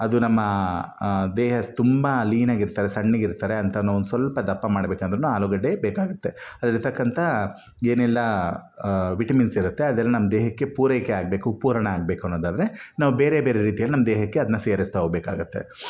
ಅದು ನಮ್ಮ ದೇಹ ತುಂಬ ಲೀನಾಗಿರ್ತಾರೆ ಸಣ್ಣಗಿರ್ತಾರೆ ಅಂಥವ್ರ್ನ ಒಂದು ಸ್ವಲ್ಪ ದಪ್ಪ ಮಾಡ್ಬೇಕಂದ್ರು ಆಲೂಗಡ್ಡೆ ಬೇಕಾಗತ್ತೆ ಅದ್ರಲ್ಲಿರ್ತಕ್ಕಂಥ ಏನೆಲ್ಲಾ ವಿಟಮಿನ್ಸ್ ಇರುತ್ತೆ ಅದೆಲ್ಲ ನಮ್ಮ ದೇಹಕ್ಕೆ ಪೂರೈಕೆ ಆಗಬೇಕು ಪೂರಣ ಆಗಬೇಕು ಅನ್ನೋದಾದರೆ ನಾವು ಬೇರೆ ಬೇರೆ ರೀತಿಯಲ್ಲಿ ನಮ್ಮ ದೇಹಕ್ಕೆ ಅದನ್ನ ಸೇರಿಸ್ತಾ ಹೋಗ್ಬೇಕಾಗತ್ತೆ